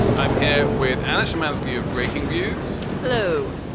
i'm here with anna shymansky of breakingviews. hello.